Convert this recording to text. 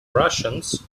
russians